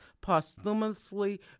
posthumously